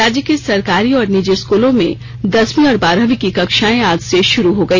राज्य के सरकारी और निजी स्कूलों में दसवीं और बारहवीं की कक्षाएं आज से शुरू हो गई